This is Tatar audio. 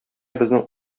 безнең